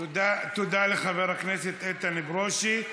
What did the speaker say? תודה לחבר הכנסת איתן ברושי.